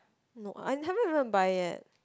no I haven't even buy yet